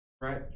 Right